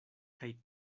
kaj